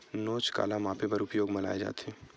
नोच काला मापे बर उपयोग म लाये जाथे?